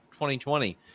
2020